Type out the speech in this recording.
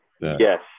Yes